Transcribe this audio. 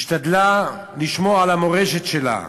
השתדלה לשמור על המורשת שלה.